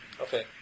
Okay